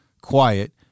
quiet